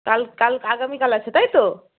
কাল কাল আগামীকাল আছে তাই তো